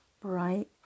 bright